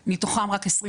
קבלה.